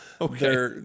Okay